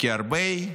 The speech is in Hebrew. כי "הרבה"